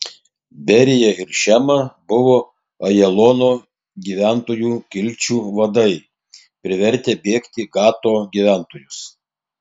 berija ir šema buvo ajalono gyventojų kilčių vadai privertę bėgti gato gyventojus